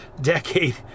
Decade